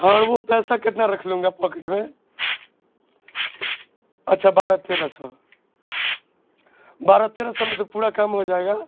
ہاں وہ پیسہ کتنا رکھ لوں گا پاکیٹ میں اچھا بارہ تیرہ سو بارہ تیرہ سو میں تو پورا کام ہو جائے گا